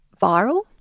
viral